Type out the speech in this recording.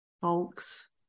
folks